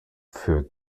für